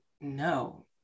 no